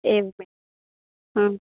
एवम्